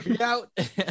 Out